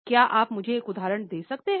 क्या आप मुझे एक उदाहरण दे सकते हैं